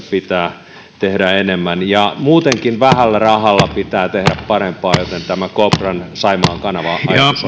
pitää tehdä enemmän muutenkin vähällä rahalla pitää tehdä parempaa joten tämä kopran saimaan kanava ajatus